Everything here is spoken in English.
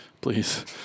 Please